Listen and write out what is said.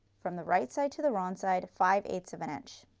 from the right side to the wrong side, five eight ths of an inch.